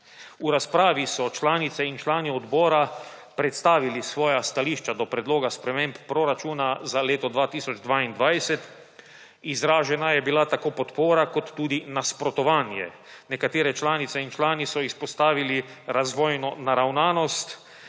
V razpravi so članice in člani odbora predstavili svoja stališča do Predloga sprememb proračuna za leto 2022. Izražena je bila tako podpora kot tudi nasprotovanje. Nekatere članice in člani so izpostavili razvojno naravnanost,